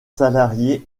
salariés